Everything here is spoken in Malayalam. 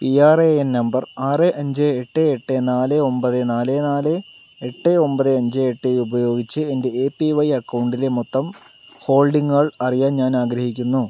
പി ആർ എ എൻ നമ്പർ ആറ് അഞ്ച് എട്ട് എട്ട് നാല് ഒമ്പത് നാല് നാല് എട്ട് ഒമ്പത് അഞ്ച് എട്ട് ഉപയോഗിച്ച് എൻ്റെ എ പി വൈ അക്കൗണ്ടിലെ മൊത്തം ഹോൾഡിംഗുകൾ അറിയാൻ ഞാനാഗ്രഹിക്കുന്നു